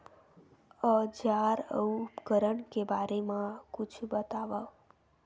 औजार अउ उपकरण के बारे मा कुछु बतावव?